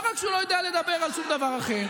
לא רק שהוא לא יודע לדבר על שום דבר אחר,